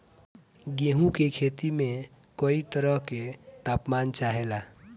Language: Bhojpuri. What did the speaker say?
गेहू की खेती में कयी तरह के ताप मान चाहे ला